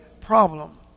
problem